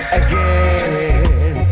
again